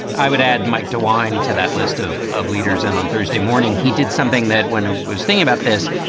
i would add mike dewine to that list of of leaders. and on thursday morning, he did something that when he ah was thinking about this,